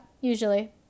usually